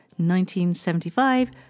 1975